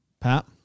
Pat